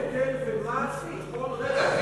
מדינה יכולה להטיל היטל ומס בכל רגע.